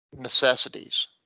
necessities